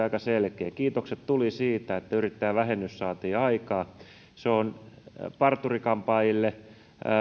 aika selkeä tuli kiitokset siitä että yrittäjävähennys saatiin aikaan se on parturi kampaajille